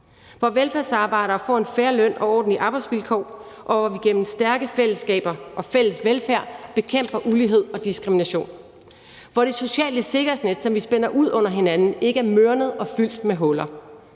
hvor velfærdsarbejdere får en fair løn og ordentlige arbejdsvilkår, hvor vi gennem stærke fællesskaber bekæmper ulighed og diskrimination, og hvor det sociale sikkerhedsnet, vi spænder ud under hinanden, ikke er mørnet og fyldt med huller.